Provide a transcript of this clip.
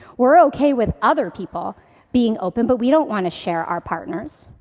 we're okay with other people being open, but we don't want to share our partners.